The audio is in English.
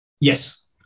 Yes